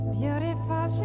beautiful